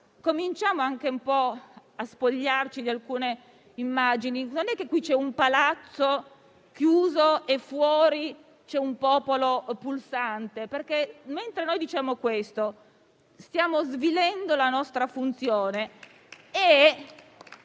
cominciamo infatti anche a spogliarci di alcune immagini. Non è che qui c'è un palazzo chiuso e fuori un popolo pulsante, perché, mentre diciamo questo, stiamo svilendo la nostra funzione.